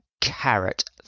carrot